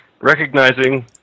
recognizing